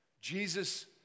Jesus